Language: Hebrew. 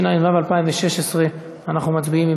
התשע"ו 2016. אנחנו מצביעים.